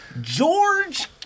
George